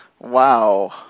Wow